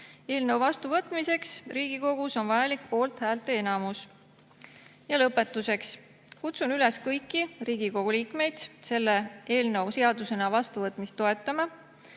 Eelnõu vastuvõtmiseks Riigikogus on vajalik poolthäälteenamus. Lõpetuseks. Kutsun üles kõiki Riigikogu liikmeid selle eelnõu seadusena vastuvõtmist toetama.